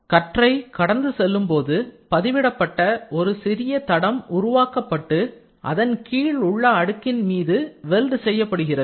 கற்றை கடந்து செல்லும்போது பதிவிடப்பட்ட ஒரு சிறிய தடம் உருவாக்கப்பட்டு அதன் கீழ் உள்ள அடுக்கின் மீது வெல்ட் செய்யப்படுகிறது